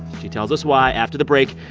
she tells us why after the break.